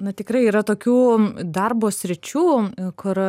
na tikrai yra tokių darbo sričių kur